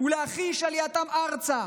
ולהחיש עלייתם ארצה,